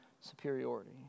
superiority